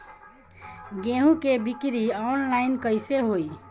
गेहूं के बिक्री आनलाइन कइसे होई?